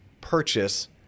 purchase